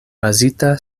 bazita